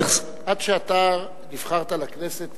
עד שאתה נבחרת לכנסת,